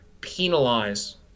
penalize